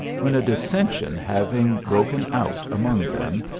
when a dis sension having broken out among them,